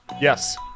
Yes